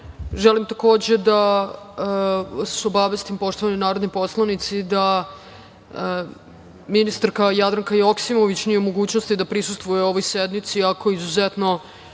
takođe da vas obavestim, poštovani narodni poslanici, da ministarka Jadranka Joksimović nije u mogućnosti da prisustvuje ovoj sednici, iako je izuzetno